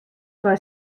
foar